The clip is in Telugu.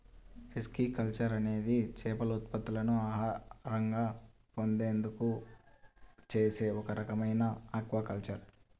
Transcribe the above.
పిస్కికల్చర్ అనేది చేపల ఉత్పత్తులను ఆహారంగా పొందేందుకు చేసే ఒక రకమైన ఆక్వాకల్చర్